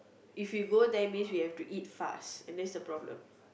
if we go there means we have to eat fast and that's the problem